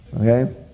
Okay